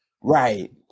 Right